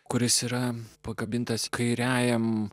kuris yra pakabintas kairiajam